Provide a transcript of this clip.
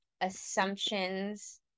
assumptions